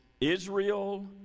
Israel